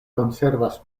konservas